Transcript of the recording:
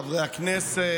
חברי הכנסת,